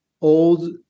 old